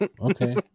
Okay